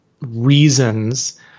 reasons